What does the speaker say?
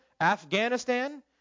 Afghanistan